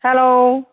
hello